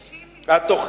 שאמרתי, יגדל,